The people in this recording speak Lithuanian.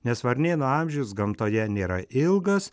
nes varnėnų amžius gamtoje nėra ilgas